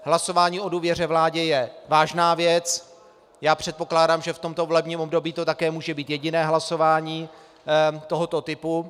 Hlasování o důvěře vládě je vážná věc, předpokládám, že v tomto volebním období to také může být jediné hlasování tohoto typu.